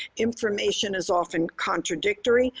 information is often contradictory,